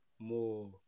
more